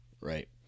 right